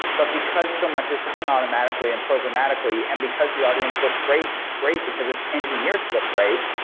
but because so much is done automatically and programmatically and because the audience looks great great because it's engineered to look great,